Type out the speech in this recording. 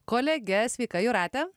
kolege sveika jūrate